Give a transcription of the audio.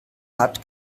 hat